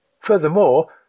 Furthermore